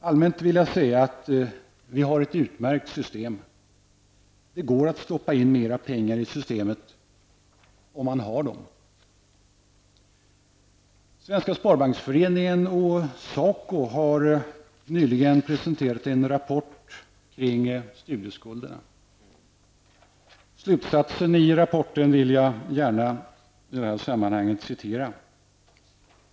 Allmänt vill jag säga att vi har ett utmärkt system. Det går att stoppa in mera pengar i systemet, om man har dem. Svenska Sparbanksföreningen och SACO har nyligen presenterat en rapport kring studieskulden. Slutsatsen i rapporten vill jag i detta sammanhang återge.